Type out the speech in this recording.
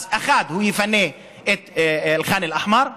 אז 1. הוא יפנה את ח'אן אל-אחמר,